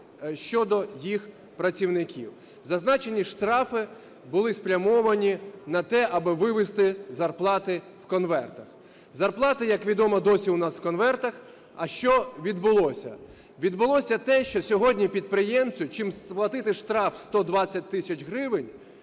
щодо їх працівників. Зазначені штрафи були спрямовані на те, аби вивести зарплати в конвертах. Зарплати, як відомо, досі у нас в конвертах. А що відбулося? Відбулося те, що сьогодні підприємцю, чим сплатити штраф в 120 тисяч гривень,